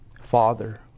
Father